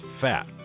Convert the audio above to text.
fat